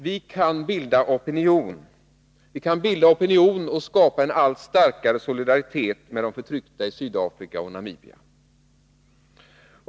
Vi kan bilda opinion och skapa en allt starkare solidaritet med de förtryckta i Sydafrika och Namibia.